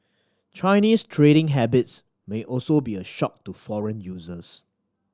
Chinese trading habits may also be a shock to foreign users